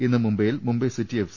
ഇന്ന് മുംബൈയിൽ Mumbai City F